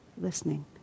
listening